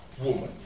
woman